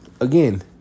again